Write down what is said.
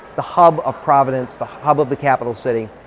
the hub of providence, the hub of the capital city.